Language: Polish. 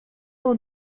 był